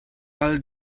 kal